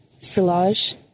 silage